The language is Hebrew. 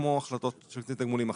כמו החלטות של קצין תגמולים אחר.